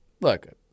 look